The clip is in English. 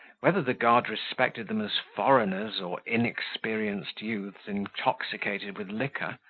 whether the guard respected them as foreigners, or inexperienced youths intoxicated with liquor,